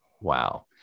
Wow